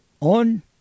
on